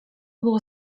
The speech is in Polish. było